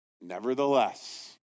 Nevertheless